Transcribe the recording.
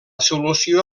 solució